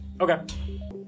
Okay